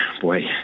boy